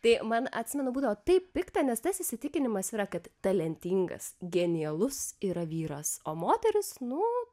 tai man atsimenu būdavo taip pikta nes tas įsitikinimas yra kad talentingas genialus yra vyras o moteris nu